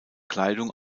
kleidung